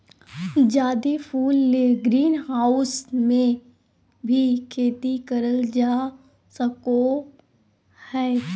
जादे फूल ले ग्रीनहाऊस मे भी खेती करल जा सको हय